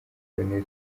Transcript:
col